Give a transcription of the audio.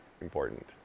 important